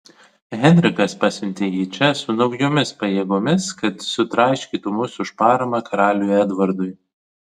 henrikas pasiuntė jį čia su naujomis pajėgomis kad sutraiškytų mus už paramą karaliui edvardui